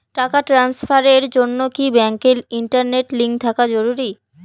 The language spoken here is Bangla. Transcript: টাকা ট্রানস্ফারস এর জন্য কি ব্যাংকে ইন্টারনেট লিংঙ্ক থাকা জরুরি?